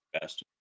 best